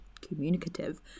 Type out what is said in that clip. communicative